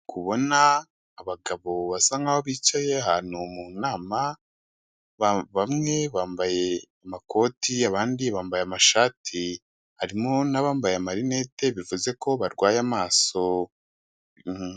Ndi kubona abagabo basa nkaho bicaye hano mu nama, bamwe bambaye amakoti abandi bambaye amashati, harimo n'abambaye marineti bivuze ko barwaye amaso.